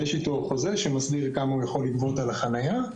ויש איתו חוזה שמסדיר כמה הוא יכול לגבות על החניה.